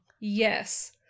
Yes